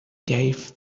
gave